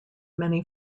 many